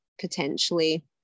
potentially